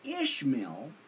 Ishmael